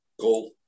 goal